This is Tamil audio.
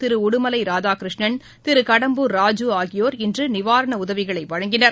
திருடடுமலைாதாகிருஷ்ணன் திருகடம்பூர் ராஜு ஆகியோர் இன்றுநிவாரணஉதவிகளைவழங்கினார்